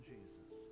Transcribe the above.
Jesus